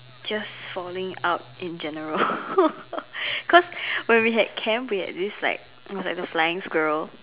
just falling out in general cause when we had camp we had this like it was the flying squirrel